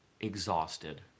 Exhausted